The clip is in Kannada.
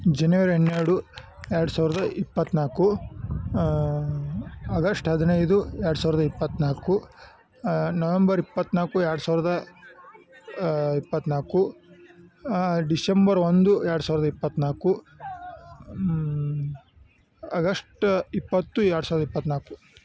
ಜನವರಿ ಹನ್ನೆರಡು ಎರಡು ಸಾವಿರದ ಇಪ್ಪತ್ನಾಲ್ಕು ಅಗಷ್ಟ್ ಹದಿನೈದು ಎರಡು ಸಾವಿರದ ಇಪ್ಪತ್ನಾಲ್ಕು ನವೆಂಬರ್ ಇಪ್ಪತ್ನಾಲ್ಕು ಎರಡು ಸಾವಿರದ ಇಪ್ಪತ್ನಾಲ್ಕು ಡಿಶೆಂಬರ್ ಒಂದು ಎರಡು ಸಾವಿರದ ಇಪ್ಪತ್ನಾಲ್ಕು ಅಗಷ್ಟ್ ಇಪ್ಪತ್ತು ಎರಡು ಸಾವಿರದ ಇಪ್ಪತ್ನಾಲ್ಕು